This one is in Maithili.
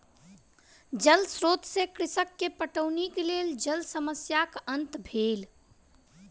जल स्रोत से कृषक के पटौनी के लेल जल समस्याक अंत भेल